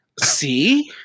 See